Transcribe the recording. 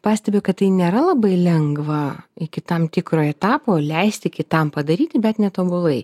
pastebiu kad tai nėra labai lengva iki tam tikro etapo leisti kitam padaryti bet netobulai